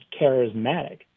charismatic